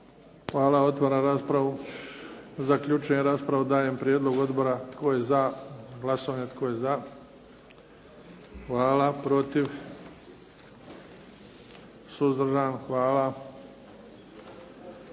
Hvala. Otvaram raspravu. Zaključujem raspravu. Dajem prijedlog odbora. Tko je za? Glasovanje. Tko je za? Hvala. Protiv? Suzdržan? Hvala.